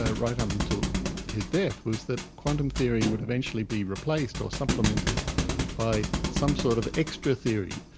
ah right up until his death, was that quantum theory would eventually be replaced or supplemented by some sort of extra theory,